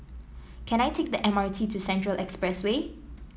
can I take the M R T to Central Expressway